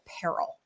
peril